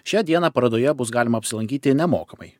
šią dieną parodoje bus galima apsilankyti nemokamai